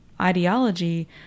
ideology